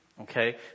Okay